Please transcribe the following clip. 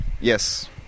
Yes